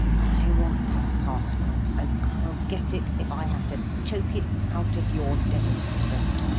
i want that password, and i'll get it, if i have to choke it out of your devil's throat!